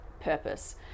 purpose